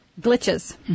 glitches